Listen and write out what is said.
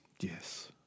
yes